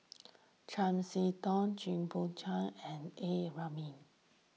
Chiam See Tong Jit Koon Ch'ng and A Ramli